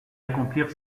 accomplir